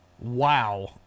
Wow